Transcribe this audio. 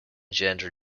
gender